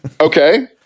Okay